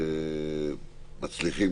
מצליחים